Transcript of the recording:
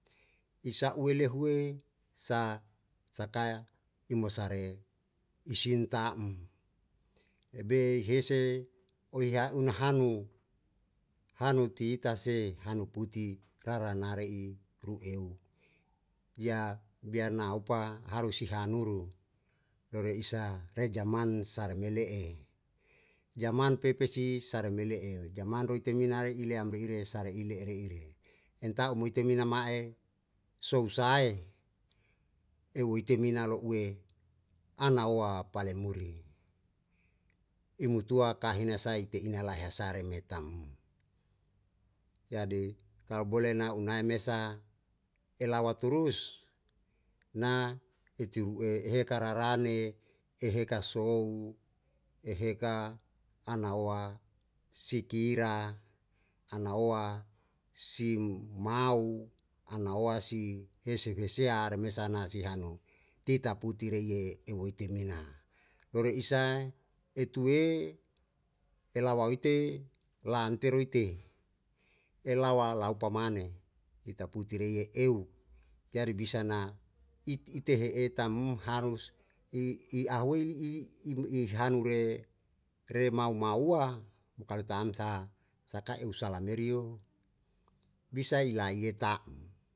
Isa u wele hue sa sakae imosare isin ta'm ebe hiese oi ha unahanu hanu titase hanu puti tara nare i ru'eu ya biar na aupa harus si hanuru rere isa re jaman sarme le'e jaman pepe si sarme le'e jaman roite mi na re ileambe ire sare ile eri e re, enta u muite mina ma'e sou sae eu ite mina lo'ue ana oa palemuri i mutua kahina sai te'i na lae hasare tam jadi kalu bole na u nae mesa elawa turus na itu ru'e e heka rarane e heka sou e heka ana oa sikira ana oa si mau ana oa si heseu hesea re mesea na si hanu tita puti re iye eu etemina purie isae etue e lawa ite lan teru ite e lawa laopa mane ita puti re iye eu jadi bisa na it i tehe etam harus i hanure re mau maua mo kalu tam sa saka eu sala merio bisa ilai eta'm.